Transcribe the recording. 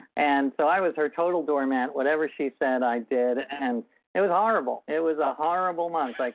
and so, i was her total doormat, whatever she said i did. and it was horrible, it was a horrible month, like